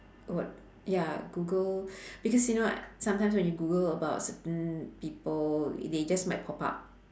what ya google because you know like sometimes when you google about certain people they just might pop up